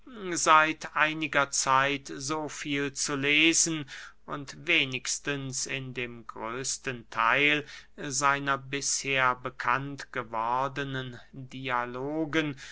seit einiger zeit so viel zu lesen und wenigstens in dem größten theil seiner bisher bekannt gewordenen dialogen